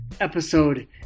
episode